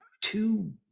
two